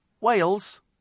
Wales